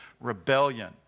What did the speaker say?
rebellion